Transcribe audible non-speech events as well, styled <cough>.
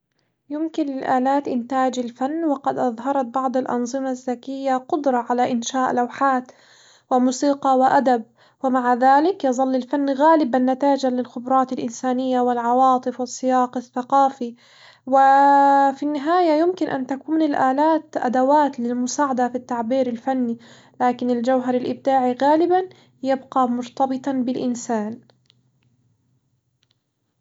يمكن للآلات إنتاج الفن، وقد أظهرت بعض الأنظمة الذكية قدرة على إنشاء لوحات وموسيقى وأدب، ومع ذلك يظل الفن غالبًا نتائج للخبرات الإنسانية والعواطف والسياق الثقافي، و <hesitation> في النهاية يمكن أن تكون الآلات أدوات للمساعدة في التعبير الفني، لكن الجوهرالإبداعي غالبًا يبقى مرتبطًا بالإنسان.